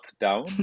down